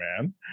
man